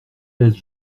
l’aise